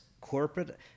corporate